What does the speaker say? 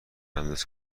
اندازه